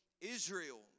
Israel